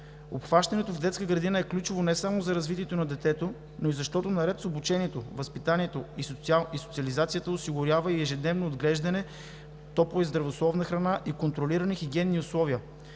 Обхващането в детска градина е ключово не само за развитието на детето, но и защото наред с обучението, възпитанието и социализацията осигурява и ежедневно отглеждане, топла и здравословна храна и контролирани хигиенни условия,